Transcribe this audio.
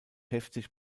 heftig